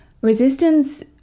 resistance